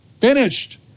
finished